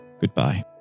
goodbye